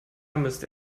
müsste